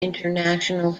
international